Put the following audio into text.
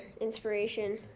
inspiration